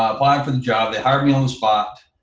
ah applied for the job, they hired me on the spot,